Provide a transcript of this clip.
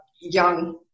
young